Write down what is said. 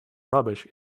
rubbish